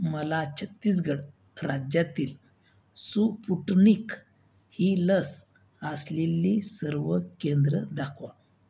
मला छत्तीसगड राज्यातील सुपुटनिक ही लस असलेली सर्व केंद्र दाखवा